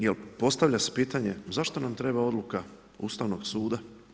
Jer postavlja se pitanje zašto nam treba odluka Ustavnog suda?